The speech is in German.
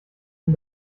ihn